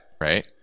right